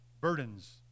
burdens